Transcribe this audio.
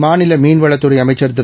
மாநில மீன்வளத்துறை அமைச்சர் திரு